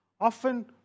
Often